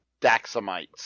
daxamites